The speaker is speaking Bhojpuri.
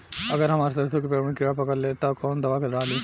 अगर हमार सरसो के पेड़ में किड़ा पकड़ ले ता तऽ कवन दावा डालि?